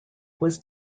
was